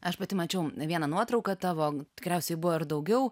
aš pati mačiau vieną nuotrauką tavo tikriausiai buvo ir daugiau